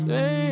Say